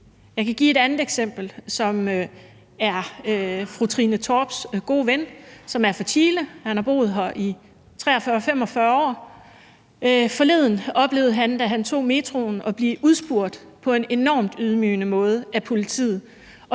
Jeg kan give et andet eksempel. Det handler om fru Trine Torps gode ven, som er fra Chile. Han har boet her i 45 år. Forleden oplevede han, da han tog metroen, at blive udspurgt på en enormt ydmygende måde af politiet